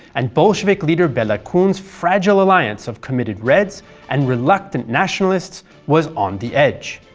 and bolshevik leader bela kun's fragile alliance of committed reds and reluctant nationalists was on the edge.